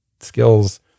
skills